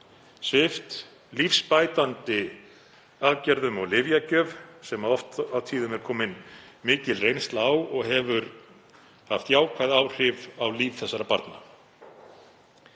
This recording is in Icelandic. svipt lífsbætandi aðgerðum og lyfjagjöf sem oft á tíðum er komin mikil reynsla á og hefur haft jákvæð áhrif á líf þessara barna.